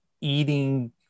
eating